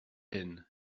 hyn